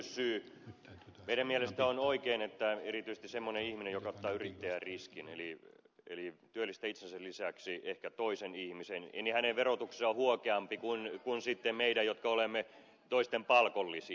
meidän mielestämme on oikein että erityisesti semmoinen ihminen joka ottaa yrittäjäriskin eli työllistää itsensä lisäksi ehkä toisen ihmisen että hänen verotuksensa on huokeampi kuin sitten meidän jotka olemme toisten palkollisia